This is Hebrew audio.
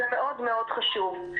זה מאוד מאוד חשוב.